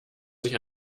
sich